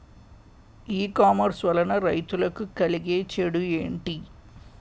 ఈ కామర్స్ వలన రైతులకి కలిగే చెడు ఎంటి?